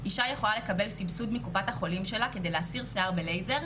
אישה יכולה לקבל סבסוד מקופת החולים שלה כדי להסיר שיער בלייזר,